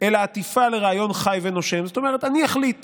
אלא עטיפה לרעיון חי ונושם, זאת אומרת, אני אחליט